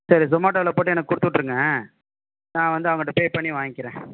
சரி சொமாட்டோவில் போட்டு எனக்கு கொடுத்து விட்ருங்க நான் வந்து அவங்கள்ட்ட பே பண்ணி வாங்கிக்கிறேன்